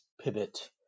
pivot